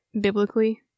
Biblically